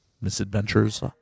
misadventures